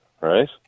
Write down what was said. right